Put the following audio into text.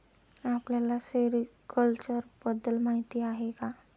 आपल्याला सेरीकल्चर बद्दल माहीती आहे का?